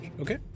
Okay